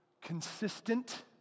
consistent